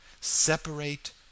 separate